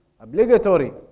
obligatory